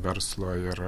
verslo ir